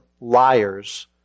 liars